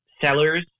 sellers